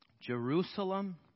Jerusalem